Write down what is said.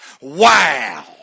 Wow